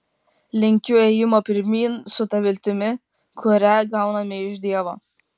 linkiu ėjimo pirmyn su ta viltimi kurią gauname iš dievo